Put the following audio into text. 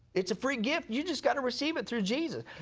it is a free gift, you just got to receive it through jesus.